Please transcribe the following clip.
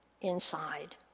inside